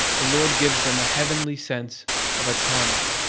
the lord gives them a heavenly sense of autonomy.